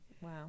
Wow